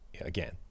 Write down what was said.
again